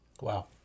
Wow